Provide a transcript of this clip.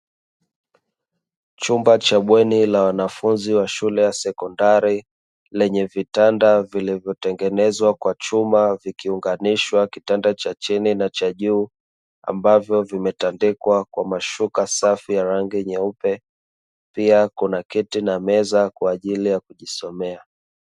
Chumba cha bweni la wanafunzi wa shule ya sekondari, lenye vitanda vilivyotengenezwa kwa chuma vikiunganishwa kitanda cha chini na cha juu ambavyo vimetandikwa kwa mashuka safi ya rangi nyeupe pia kuna kiti na meza kwa ajili ya kujisomea.